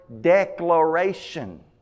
declaration